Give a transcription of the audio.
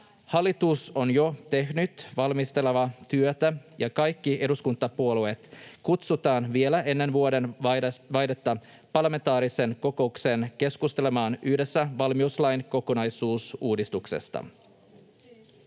Hallitus on jo tehnyt valmistelevaa työtä, ja kaikki eduskuntapuolueet kutsutaan vielä ennen vuodenvaihdetta parlamentaariseen kokoukseen keskustelemaan yhdessä valmiuslain kokonaisuudistuksesta.